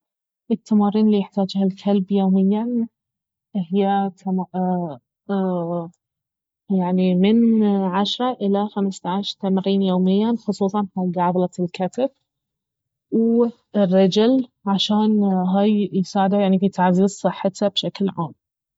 التمارين الي يحتاجها الكلب يوميا اهي من عشرة الى خمسة عشر تمرين يوميا خصوصا حق عضلة الكتف والرجل عشان هاي يساعده ان يتعزز صحته بشكل عام